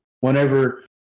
whenever